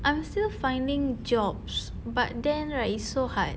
I'm still finding jobs but then right it's so hard